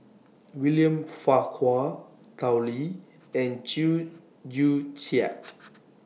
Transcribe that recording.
William Farquhar Tao Li and Chew Joo Chiat